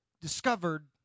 discovered